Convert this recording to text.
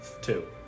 two